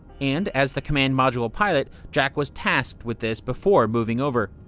and as the command module pilot, jack was tasked with this before moving over.